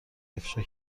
افشا